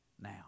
now